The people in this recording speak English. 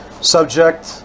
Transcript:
subject